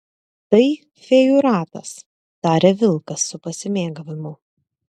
tai fėjų ratas taria vilkas su pasimėgavimu